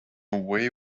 way